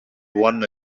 won